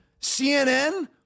CNN